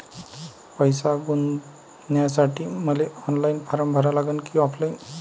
पैसे गुंतन्यासाठी मले ऑनलाईन फारम भरा लागन की ऑफलाईन?